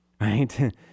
right